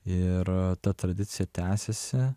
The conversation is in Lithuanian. ir ta tradicija tęsiasi